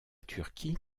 turquie